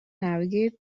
navigate